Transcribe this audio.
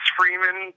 Freeman